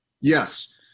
Yes